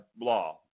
law